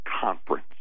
conference